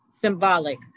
symbolic